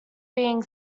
being